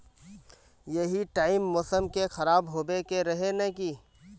यही टाइम मौसम के खराब होबे के रहे नय की?